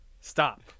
Stop